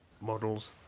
models